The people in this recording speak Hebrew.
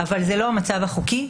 אבל זה לא המצב החוקי,